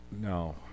No